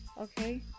Okay